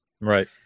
Right